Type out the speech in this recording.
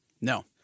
No